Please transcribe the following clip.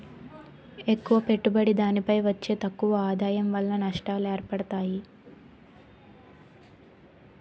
ఎక్కువ పెట్టుబడి దానిపై వచ్చే తక్కువ ఆదాయం వలన నష్టాలు ఏర్పడతాయి